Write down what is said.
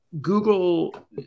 Google